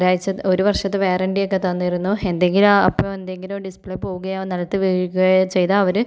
ഒരാഴ്ചത്തെ ഒരു വർഷത്തെ വാറന്റി ഒക്കെ തന്നിരുന്നു എന്തെങ്കിലും അപ്പോൾ എന്തെങ്കിലും ഡിസ്പ്ലേ പോകുകയോ നിലത്ത് വീഴുകയോ ചെയ്താൽ അവർ